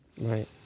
Right